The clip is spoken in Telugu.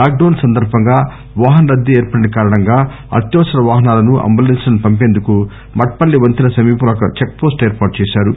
లాక్ డౌస్ సందర్భంగా వాహన రద్దీ ఏర్పడిన కారణంగా అత్యవసర వాహనాలను అంబులెస్ప్ లను పంపేందుకు మట్ పల్లి వంతెన సమీపంలో ఒక చెక్ పోస్టు ఏర్పాటు చేశారు